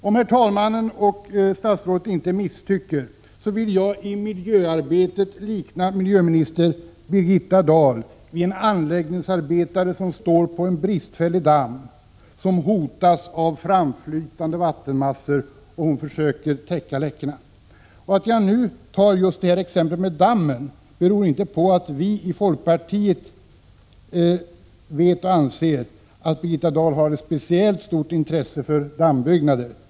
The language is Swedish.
Om herr talmannen och statsrådet inte misstycker vill jag i miljöarbetet likna Birgitta Dahl vid en anläggningsarbetare, som står på en bristfällig damm som hotas av framflytande vattenmassor och försöker täcka läckorna. Att jag just nu tar en sådan damm som exempel beror inte på att vi i folkpartiet anser att Birgitta Dahl har ett speciellt stort intresse för dammbyggnader.